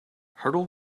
hurdle